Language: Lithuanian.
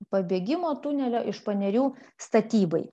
pabėgimo tunelio iš panerių statybai